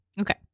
Okay